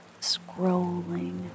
scrolling